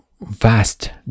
vast